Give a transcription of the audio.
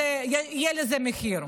יהיה לזה מחיר.